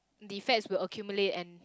the fats will accumulate and